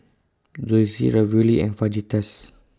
Zosui Ravioli and Fajitas